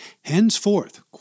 Henceforth